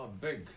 big